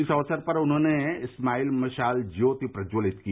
इस अवसर पर उन्होंने स्माइल मशाल ज्योति प्रज्जवलित की